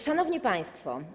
Szanowni Państwo!